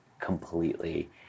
completely